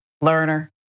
learner